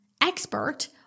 expert